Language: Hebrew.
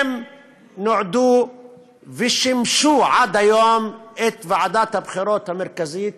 הם נועדו ושימשו עד היום את ועדת הבחירות המרכזית